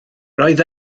roedd